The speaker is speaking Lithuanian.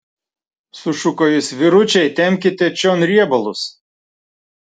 sušuko jis vyručiai tempkite čion riebalus